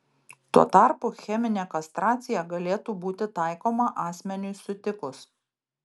tuo tarpu cheminė kastracija galėtų būti taikoma asmeniui sutikus